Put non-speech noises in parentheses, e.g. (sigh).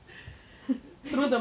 (breath) (laughs)